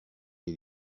les